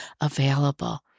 available